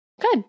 good